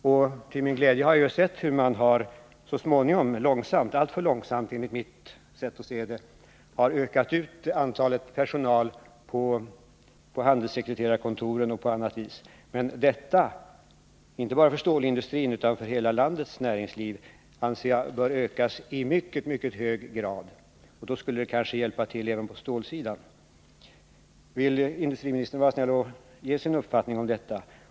Och till min glädje har jag sett hur man så småningom — dock alltför långsamt enligt min mening — ökat ut personalen på handelssekreterarkontoren o.d. Men jag anser att denna verksamhet, inte bara för stålindustrin utan för hela landets näringsliv, bör ökas i mycket, mycket hög grad. Det skulle då hjälpa till även på stålsidan. Vill industriministern vara snäll och ge uttryck åt sin uppfattning om detta?